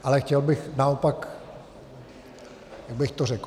Ale chtěl bych naopak jak bych to řekl?